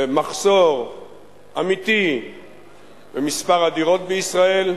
מחסור אמיתי בדירות בישראל.